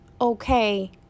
okay